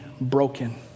broken